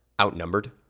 outnumbered